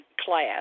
class